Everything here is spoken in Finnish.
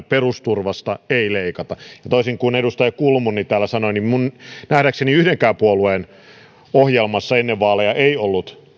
perusturvasta ei leikata toisin kuin edustaja kulmuni täällä sanoi nähdäkseni yhdenkään puolueen ohjelmassa ennen vaaleja ei ollut